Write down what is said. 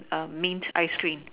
um mint ice cream